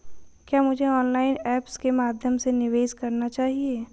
क्या मुझे online apps के माध्यम से निवेश करना चाहिए?